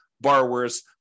borrowers